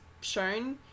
shown